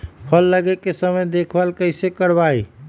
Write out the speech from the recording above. फल लगे के समय देखभाल कैसे करवाई?